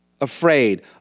afraid